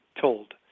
told